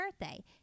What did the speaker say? birthday